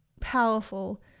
powerful